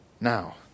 Now